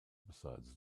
besides